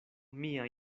mia